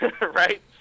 Right